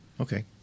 Okay